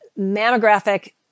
mammographic